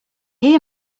hear